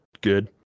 good